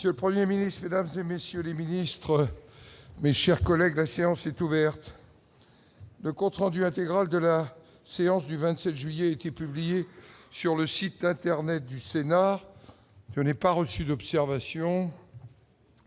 Ce le 1er ministre des dames et messieurs les ministres, mes chers collègues, la séance est ouverte, le compte rendu intégral de la séance du 27 juillet qui publié sur le site internet du Sénat : je n'ai pas reçu d'observation.